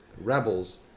Rebels